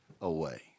away